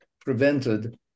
prevented